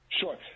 Sure